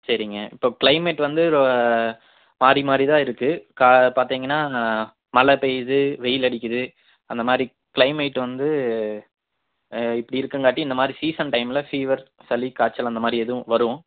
சரிங்க இப்போ கிளைமேட் வந்து மாறி மாறி தான் இருக்கு கா பார்த்தீங்கனா மழை பெய்யுது வெயில் அடிக்குது அந்தமாதிரி கிளைமேட் வந்து இப்படி இருக்குங்காட்டி இந்தமாரி சீசன் டைம்மில் பீவர் சளி காய்ச்சல் அந்தமாதிரி எதுவும் வரும்